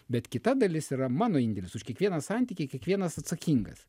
bet kita dalis yra mano indėlis už kiekvieną santykį kiekvienas atsakingas